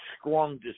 strong